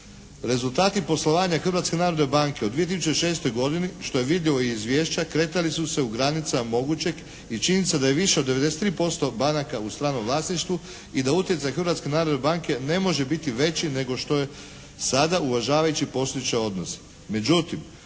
Rezultati poslovanja Hrvatske narodne banke u 2006. godini, što je vidljivo i iz izvješća kretali su se u granicama mogućeg i činjenica da je više od 93% banaka u stranom vlasništvu i da utjecaj Hrvatske narodne banke ne može biti veći nego što je sada uvažavajući postojeće odnose.